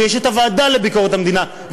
ויש הוועדה לביקורת המדינה,